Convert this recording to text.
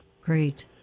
Great